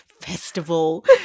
Festival